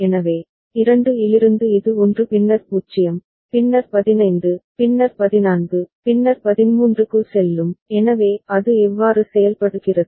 எனவே 2 இலிருந்து இது 1 பின்னர் 0 பின்னர் 15 பின்னர் 14 பின்னர் 13 க்கு செல்லும் எனவே அது எவ்வாறு செயல்படுகிறது